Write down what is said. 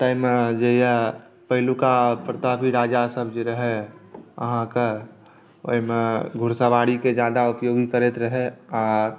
ताहिमे जे अइ पहिलुका प्रतापी राजासभ जे रहै ओ अहाँके ओहिमे घुड़सवारीके ज़्यादा उपयोगी करैत रहै आओर